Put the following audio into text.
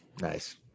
Nice